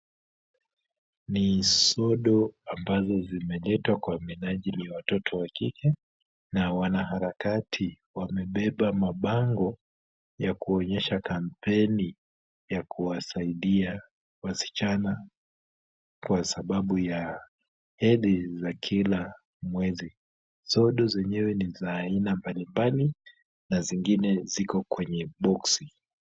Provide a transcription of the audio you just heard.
Ni sodo ambazo zimeletwa kwa minajili ya watoto wa kike, na wanaharakati wamebeba mabango ya kuonyesha kampeni ya kuwasaidia wasichana kwa sababu ya hedhi za kila mwezi. Sodo zenyewe ni za aina mbalimbali na zingine ziko kwenye box .